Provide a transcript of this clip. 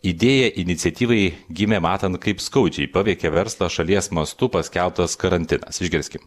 idėja iniciatyvai gimė matant kaip skaudžiai paveikė verslą šalies mastu paskelbtas karantinas išgirskim